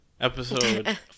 episode